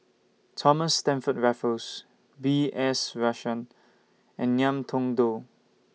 Thomas Stamford Raffles B S Rajhans and Ngiam Tong Dow